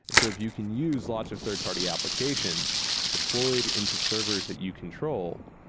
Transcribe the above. and so if you can use lots of third-party applications deployed into servers that you control,